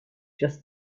just